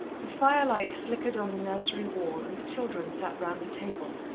the firelight flickered on the nursery wall, and the children sat round the table,